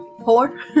poor